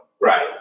Right